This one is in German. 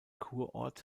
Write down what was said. kurort